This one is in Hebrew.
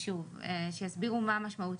שיסבירו מה המשמעות.